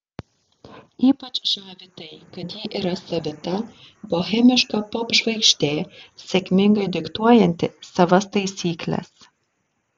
ypač žavi tai kad ji yra savita bohemiška popžvaigždė sėkmingai diktuojanti savas taisykles